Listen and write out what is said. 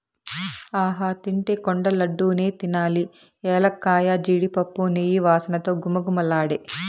ఆహా తింటే కొండ లడ్డూ నే తినాలి ఎలక్కాయ, జీడిపప్పు, నెయ్యి వాసనతో ఘుమఘుమలాడే